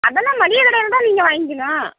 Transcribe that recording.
அதெல்லாம் மளிகை கடையில் தான் நீங்கள் வாங்கிக்கணும்